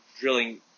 drilling